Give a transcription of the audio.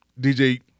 DJ